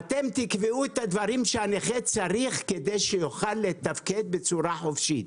אתם תקבעו את הדברים שהנכה צריך כדי שיוכל לתפקד בצורה חופשית.